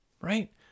right